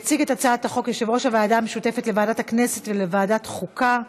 יציג את הצעת החוק יושב-ראש הוועדה המשותפת לוועדת הכנסת ולוועדת חוקה,